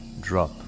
drop